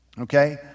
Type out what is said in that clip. Okay